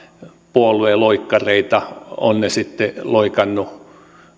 puolueloikkareita ovat he sitten loikanneet